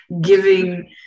giving